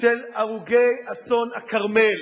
של הרוגי אסון הכרמל,